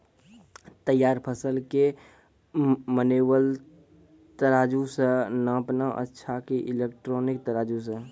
तैयार फसल के मेनुअल तराजु से नापना अच्छा कि इलेक्ट्रॉनिक तराजु से?